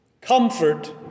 comfort